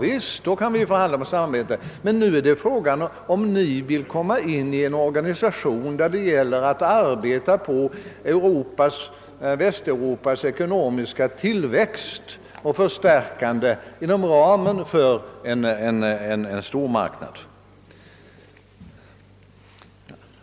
Då kan vi förhandla om samarbete, men nu rör frågan om ni vill komma in i en organisation där det gäller att arbeta på Västeuropas ekonomiska tillväxt och förstärkande inom ramen för en stormarknad.